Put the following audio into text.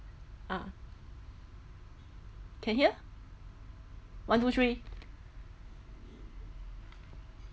ah can hear one two three